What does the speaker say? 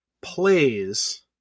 plays